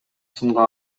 сынга